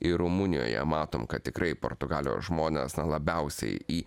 ir rumunijoje matom kad tikrai portugalijos žmonės labiausiai į